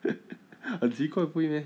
很奇怪不会 meh